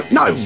no